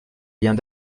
viens